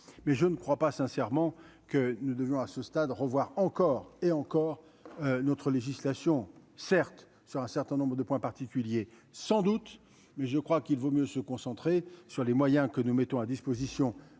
mais je ne crois pas sincèrement que nous devions à ce stade, revoir encore et encore notre législation certes sur un certain nombre de points particuliers, sans doute, mais je crois qu'il vaut mieux se concentrer sur les moyens que nous mettons à disposition